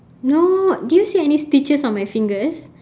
no did you see any stitches on my fingers